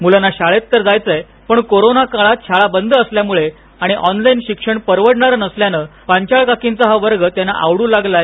मुलांना शाळेत तर जायचंय पण कोरोना काळात शाळा बंद असल्यामुळे आणि ऑनलाईन शिक्षण परवडणार नसल्यान पांचाळ काकींचा हा वर्ग त्यांना आवडू लागला आहे